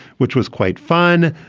which was quite fun.